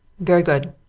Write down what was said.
very good!